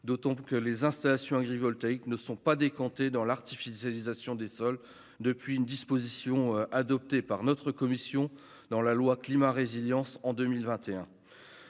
d'autant que les installations agrivoltaïques ne sont pas décomptées dans l'artificialisation des sols, de par une disposition introduite par notre commission dans la loi du 22 août 2021